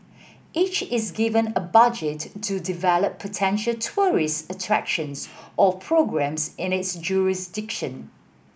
each is given a budget to develop potential tourist attractions or programmes in its jurisdiction